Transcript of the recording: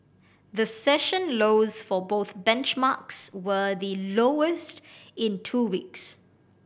the session lows for both benchmarks were the lowest in two weeks